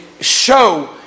show